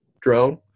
drone